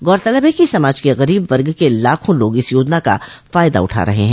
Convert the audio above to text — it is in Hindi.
गौरतलब है कि समाज के गरीब वर्ग के लाखों लोग इस योजना का फायदा उठा रहे हैं